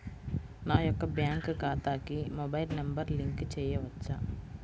నా యొక్క బ్యాంక్ ఖాతాకి మొబైల్ నంబర్ లింక్ చేయవచ్చా?